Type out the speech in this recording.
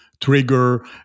trigger